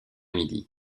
midi